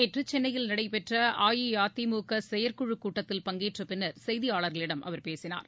நேற்றசென்னையில் நடைபெற்றஅஇஅதிமுகசெயற்குழுகூட்டடத்தில் பங்கேற்றபின்னர் செய்தியாளர்களிடம் அவர் பேசினார்